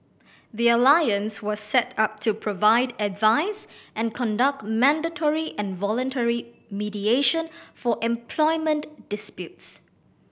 the alliance was set up to provide advice and conduct mandatory and voluntary mediation for employment disputes